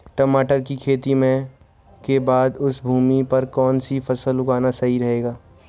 टमाटर की खेती के बाद उस भूमि पर कौन सी फसल उगाना सही रहेगा?